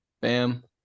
Bam